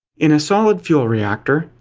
in a solid fuel reactor,